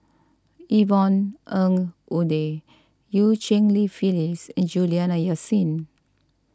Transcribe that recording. Yvonne Ng Uhde Eu Cheng Li Phyllis and Juliana Yasin